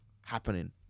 happening